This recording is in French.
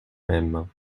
même